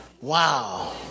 Wow